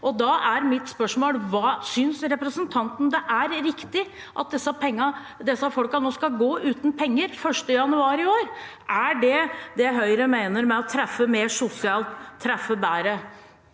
og da er mitt spørsmål: Synes representanten det er riktig at disse folkene nå skal gå uten penger fra 1. januar? Er det det Høyre mener med å treffe mer sosialt, treffe bedre?